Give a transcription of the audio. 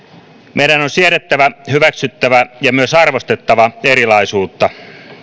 meidän on siedettävä hyväksyttävä ja myös arvostettava erilaisuutta